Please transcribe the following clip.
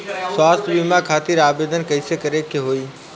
स्वास्थ्य बीमा खातिर आवेदन कइसे करे के होई?